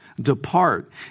Depart